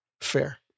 fair